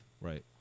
right